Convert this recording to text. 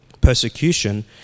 persecution